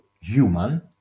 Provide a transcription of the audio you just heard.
human